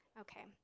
Okay